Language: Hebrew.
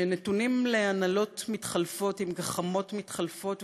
שנתונים להנהלות מתחלפות עם גחמות מתחלפות,